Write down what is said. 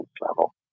level